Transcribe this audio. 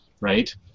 right